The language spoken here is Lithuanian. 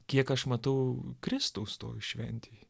kiek aš matau kristaus toj šventėj